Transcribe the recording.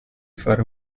fare